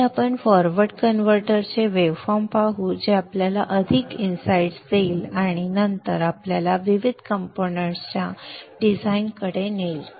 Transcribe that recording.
पुढे आपण फॉरवर्ड कन्व्हर्टरचे वेव्ह फॉर्म पाहू जे आपल्याला अधिक अंतर्दृष्टी देईल आणि नंतर आपल्याला विविध कंपोनेंट्स च्या डिझाइनकडे नेईल